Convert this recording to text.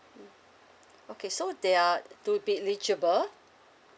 okay so their to be eligible